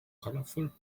colorful